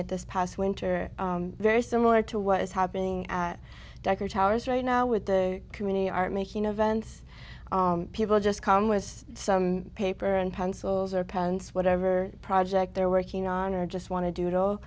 it this past winter very similar to what is happening at decker towers right now with the they aren't making events people just come with some paper and pencils or pens whatever project they're working on or just want to do it all